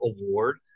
award